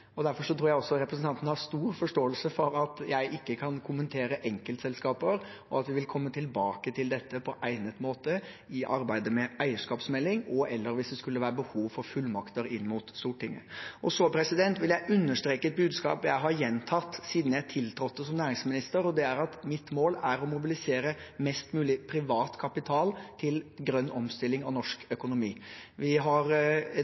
Derfor tror jeg også representanten har stor forståelse for at jeg ikke kan kommentere enkeltselskaper, og at vi vil komme tilbake til dette på egnet måte i arbeidet med eierskapsmeldingen, og/eller hvis det skulle være behov for fullmakter inn mot Stortinget. Så vil jeg understreke et budskap jeg har gjentatt siden jeg tiltrådte som næringsminister. Det er at mitt mål er å mobilisere mest mulig privat kapital til grønn omstilling av norsk økonomi. Vi har et